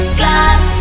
glass